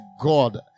God